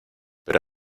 pero